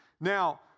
Now